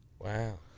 Wow